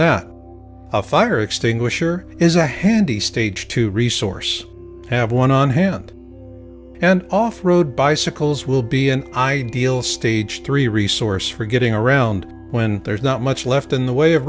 that a fire extinguisher is a handy stage to resource have one on hand and off road bicycles will be an ideal stage three resource for getting around when there's not much left in the way of